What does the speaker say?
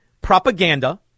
propaganda